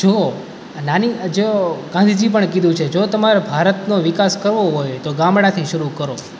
જો નાની જો ગાંધીજી પણ કીધું છે કે જો તમારે ભારતનો વિકાસ કરવો હોય તો ગામડાંથી શરૂ કરો